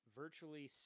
virtually